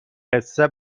قصه